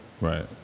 Right